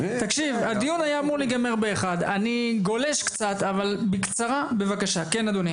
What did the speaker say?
הדיון היה אמור להיגמר ב-13:00 אני גולש קצת אבל בבקשה בקצרה.